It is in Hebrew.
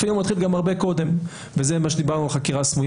זה מתחיל הרבה קודם וזה מה שאמרנו על חקירה סמויה